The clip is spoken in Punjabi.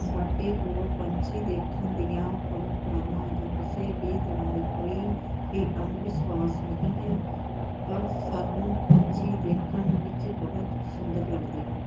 ਸਾਡੇ ਕੋਲ ਪੰਛੀ ਦੇਖਣ ਦੀਆਂ ਪਰੰਪਰਾਵਾਂ ਜਾਂ ਕਿਸੇ ਵੀ ਤਰ੍ਹਾਂ ਦੀ ਕੋਈ ਵੀ ਅੰਧ ਵਿਸ਼ਵਾਸ ਨਹੀਂ ਹੈ ਪਰ ਸਾਨੂੰ ਪੰਛੀ ਦੇਖਣ ਵਿੱਚ ਬਹੁਤ ਸੁੰਦਰ ਲੱਗਦੇ ਹਨ